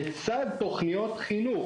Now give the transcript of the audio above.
לצד תוכניות חינוך,